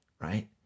right